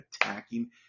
attacking